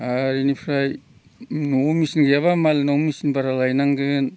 आर इनिफ्राय न'आव मेचिन गैयाब्ला मालायनाव मेचिन भारा लायनांगोन